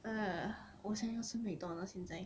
uh 我想要吃 mcdonald's 现在